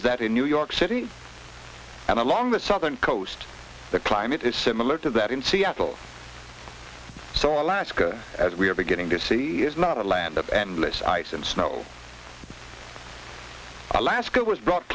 as that in new york city and along the southern coast the climate is similar to that in seattle so alaska as we are beginning to see is not a land of endless ice and snow alaska was brought